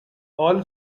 all